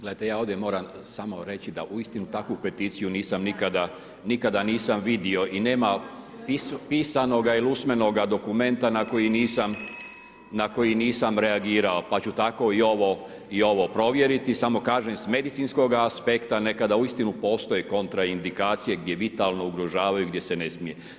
Gledajte, ja ovdje moram samo reći da uistinu takvu peticiju nisam nikada vidio i nema pisanoga ili usmenoga dokumenta na koji nisam reagirao pa ću tako i ovo provjeriti, samo kažem s medicinskoga aspekta, nekada uistinu postoji i kontra indikacije gdje vitalno ugrožavaju, gdje se ne smije.